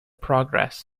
progress